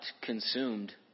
consumed